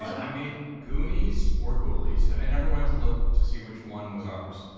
i made goonies or ghoulies, and i never went to look to see which one was ours,